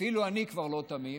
אפילו אני כבר לא תמים,